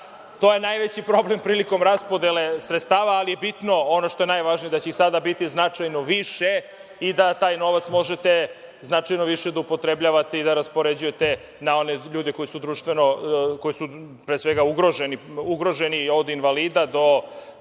to je najveći problem prilikom raspodele sredstava, ali je bitno, ono što je najvažnije, da će ih sada biti značajno više i da taj novac možete značajno više da upotrebljavate i da raspoređujete na one ljude koji su, pre svega ugroženi, od invalida do